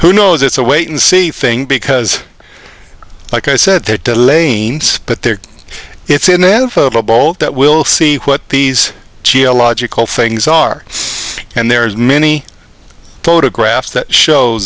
who knows it's a wait and see thing because like i said that but they're it's inevitable that we'll see what these cio logical things are and there's many photographs that shows